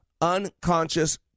Unconscious